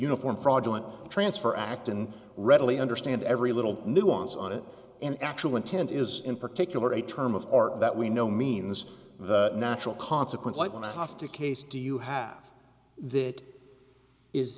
uniform fraudulent transfer act and readily understand every little nuance on it and actual intent is in particular a term of art that we know means the natural consequence like when i have to case do you have th